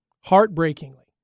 heartbreakingly